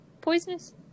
poisonous